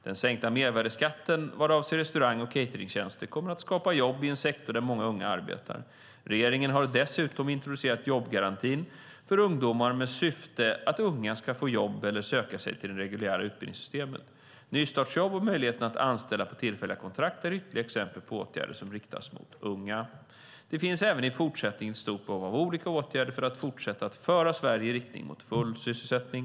Den sänkta mervärdesskatten vad avser restaurang och cateringtjänster kommer att skapa jobb i en sektor där många unga arbetar. Regeringen har dessutom introducerat jobbgarantin för ungdomar med syfte att unga ska få jobb eller söka sig till det reguljära utbildningssystemet. Nystartsjobb och möjligheten att anställa på tillfälliga kontrakt är ytterligare exempel på åtgärder som riktas mot unga. Det finns även i fortsättningen ett stort behov av olika åtgärder för att fortsatt föra Sverige i riktning mot full sysselsättning.